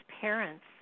parents